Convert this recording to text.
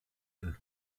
und